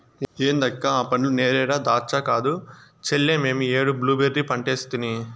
ఏంది అక్క ఆ పండ్లు నేరేడా దాచ్చా కాదు చెల్లే మేమీ ఏడు బ్లూబెర్రీ పంటేసితిని